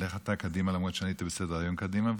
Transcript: לך אתה קדימה, למרות שהייתי בסדר-היום קדימה.